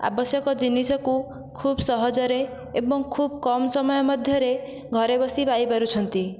ଆବଶ୍ୟକ ଜିନିଷକୁ ଖୁବ୍ ସହଜରେ ଏବଂ ଖୁବ୍ କମ୍ ସମୟ ମଧ୍ୟରେ ଘରେ ବସି ପାଇପାରୁଛନ୍ତି